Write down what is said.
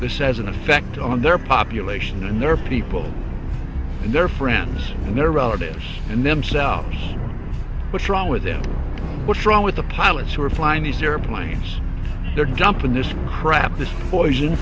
this has an effect on their population and their people and their friends and their relatives and themselves what's wrong with them what's wrong with the pilots who are flying these airplanes they're jumping this crap this